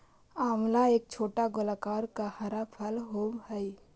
आंवला एक छोटा गोलाकार का हरा फल होवअ हई